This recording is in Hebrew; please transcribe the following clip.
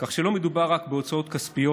כך שלא מדובר רק בהוצאות כספיות